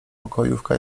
pokojówka